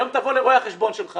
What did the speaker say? היום תבוא לרואה החשבון שלך